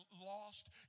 lost